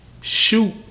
shoot